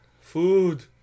food